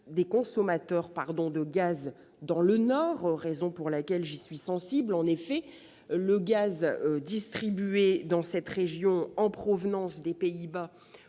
des consommateurs de gaz dans le Nord- c'est la raison pour laquelle j'y suis sensible. En effet, le gaz distribué dans cette région, en provenance des Pays-Bas,